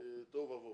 תוהו ובוהו.